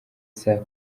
saa